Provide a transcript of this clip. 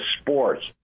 sports